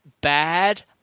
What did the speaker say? bad